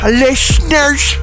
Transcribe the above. listeners